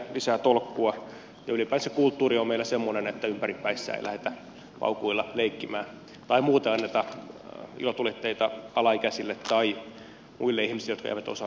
ja että ylipäänsä kulttuuri on meillä semmoinen että ympäripäissään ei lähdetä paukuilla leikkimään tai muuten anneta ilotulitteita alaikäisille tai muille ihmisille jotka eivät osaa niitä vastuullisesti käyttää